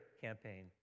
campaign